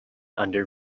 under